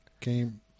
came